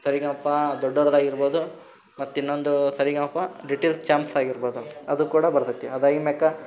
ಸರಿಗಮಪ ದೊಡ್ಡವ್ರದ್ದಾಗಿರ್ಬೋದು ಮತ್ತಿನ್ನೊಂದು ಸರಿಗಮಪ ಲಿಟಲ್ ಚಾಂಪ್ಸಾಗಿರ್ಬೋದು ಅದು ಕೂಡ ಬರ್ತದೆ ಅದಾಗಿದ್ದು ಮ್ಯಾಕ